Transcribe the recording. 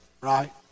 right